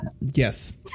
Yes